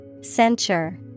Censure